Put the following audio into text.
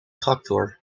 tractor